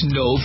no